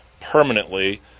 permanently